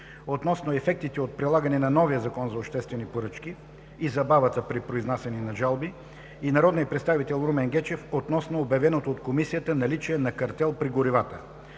относно ефектите от прилагането на новия Закон за обществени поръчки и забавата при произнасяне по жалби, и народният представител Румен Гечев, относно обявеното от Комисията наличие на картел при горивата.